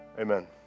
Amen